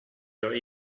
your